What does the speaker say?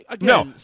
No